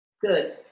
Good